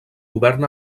govern